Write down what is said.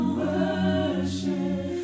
worship